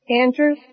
Andrew